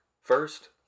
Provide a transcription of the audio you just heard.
First